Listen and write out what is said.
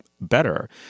better